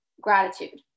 gratitude